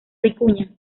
vicuña